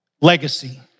legacy